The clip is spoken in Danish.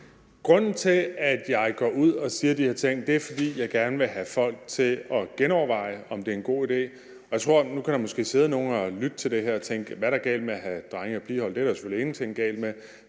Grunden til, at jeg går ud og siger de her ting, er, at jeg gerne vil have folk til at genoverveje, om det er en god idé. Nu kan der måske sidde nogle, der lytter til det her, og som tænker: Hvad er der galt med at have drenge- og pigehold? Det er der selvfølgelig ingenting galt med.